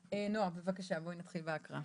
נעה, בואי נתחיל בהקראה.